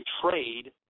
trade